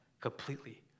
completely